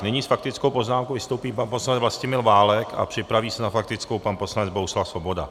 Nyní s faktickou poznámkou vystoupí pan poslanec Vlastimil Válek a připraví se na faktickou pan poslanec Bohuslav Svoboda.